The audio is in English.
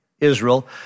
Israel